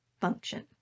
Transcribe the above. function